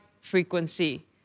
Frequency